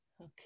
Okay